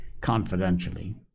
confidentially